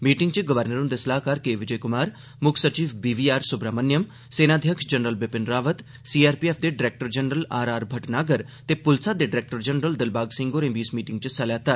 meeting च governor हृंदे सलाहकार के विजय क्मार मुक्ख सचिव बी वी आर स्ब्रह्मण्यम सेना अध्यक्ष जनरल बिपिन रावत सीआरपीएफ दे director general R R Bhatnagar ते पुलसा दे डरैक्टर जनरल दिलबाग सिंह होरें बी इस मीटिंग च हिस्सा लैता